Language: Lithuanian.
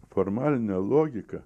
formalinė logika